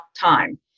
time